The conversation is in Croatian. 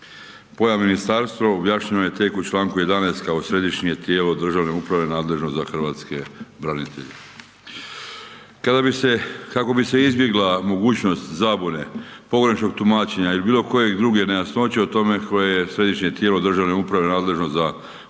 Pojam ministarstvo objašnjeno je tek u članku 11. kao središnje tijelo državne uprave nadležno za hrvatske branitelje. Kako bi se izbjegla mogućnost zabune pogrešnog tumačenja ili bilokoje druge nejasnoće o tome koje je središnje tijelo državne uprave nadležno za postupanje